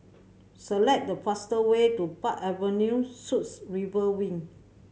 select the fastest way to Park Avenue Suites River Wing